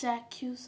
ଚାକ୍ଷୁଷ